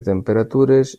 temperatures